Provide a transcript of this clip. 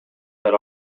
head